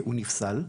הוא נפסל,